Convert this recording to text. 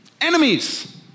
enemies